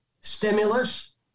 stimulus